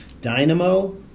Dynamo